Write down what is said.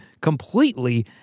completely